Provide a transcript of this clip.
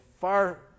far